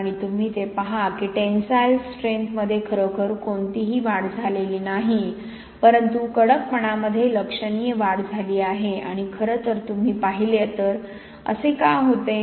आणि तुम्ही ते पहा की टेन्साइलस्ट्रेन्थ्स मध्ये खरोखर कोणतीही वाढ झालेली नाही परंतु कडकपणामध्ये लक्षणीय वाढ झाली आहे आणि खरं तर तुम्ही पाहिले तर असे का होते